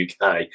UK